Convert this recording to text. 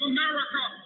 America